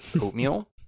oatmeal